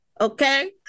Okay